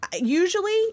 usually